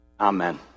amen